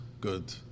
good